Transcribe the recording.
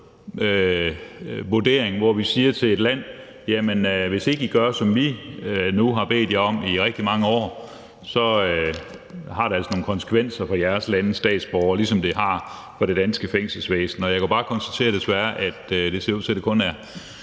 noget-vurdering, hvor vi siger til et land. Hvis ikke I gør, som vi nu har bedt jer om i rigtig mange år, så har det altså nogle konsekvenser for jeres landes statsborgere, ligesom det har for det danske fængselsvæsen. Jeg kan bare konstatere, desværre, at det ser ud til, at det kun er